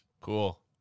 Cool